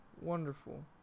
wonderful